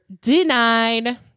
denied